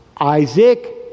isaac